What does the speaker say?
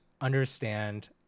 understand